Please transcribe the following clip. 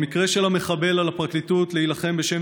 במקרה של המחבל על הפרקליטות להילחם בשם